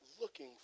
looking